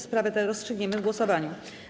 Sprawę tę rozstrzygniemy w głosowaniu.